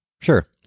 Sure